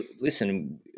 listen